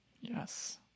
yes